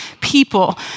people